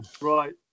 right